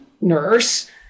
nurse